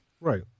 Right